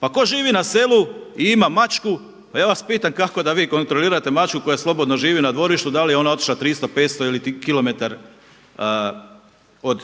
Pa tko živi na selu i ima mačku, a ja vas pitam kako da vi kontrolirate mačku koja slobodno živi na dvorištu da li je ona otišla 300, 500 ili kilometar od